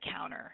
counter